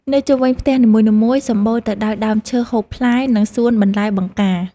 នៅជុំវិញផ្ទះនីមួយៗសម្បូរទៅដោយដើមឈើហូបផ្លែ និងសួនបន្លែបង្ការ។